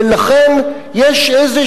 ולכן, יש איזו